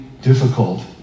difficult